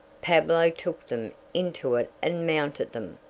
pablo took them into it and mounted them.